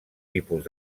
tipus